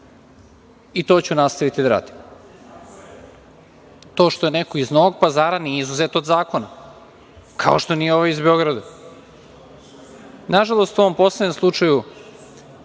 i to ću nastaviti da radim. To što je neko iz Novog Pazara, nije izuzet od zakona, kao što nije ni ovaj iz Beograda. Nažalost, o ovom poslednjem slučaju